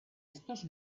estos